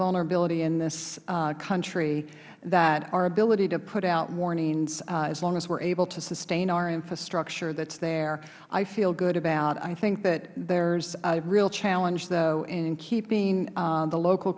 vulnerability in this country that our ability to put out warnings as long as we are able to sustain our infrastructure that is there i feel good about i think that there is a real challenge though in keeping the local